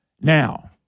Now